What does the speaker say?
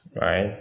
Right